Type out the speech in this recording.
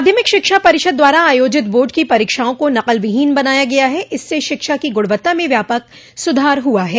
माध्यमिक शिक्षा परिषद द्वारा आयोजित बोर्ड की परीक्षाओं को नकलविहीन बनाया गया है इससे शिक्षा की गुणवत्ता में व्यापक सुधार हुआ है